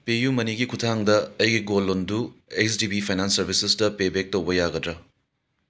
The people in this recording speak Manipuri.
ꯄꯦꯌꯨꯃꯅꯤꯒꯤ ꯈꯨꯠꯊꯥꯡꯗ ꯑꯩꯒꯤ ꯒꯣꯜ ꯂꯣꯟꯗꯨ ꯑꯩꯆ ꯗꯤ ꯕꯤ ꯐꯥꯏꯅꯥꯟꯁ ꯁꯔꯕꯤꯁꯦꯁꯇ ꯄꯦ ꯕꯦꯛ ꯇꯧꯕ ꯌꯥꯒꯗ꯭ꯔꯥ